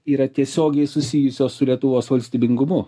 yra tiesiogiai susijusios su lietuvos valstybingumu